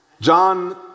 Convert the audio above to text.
John